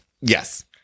Yes